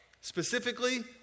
Specifically